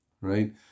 right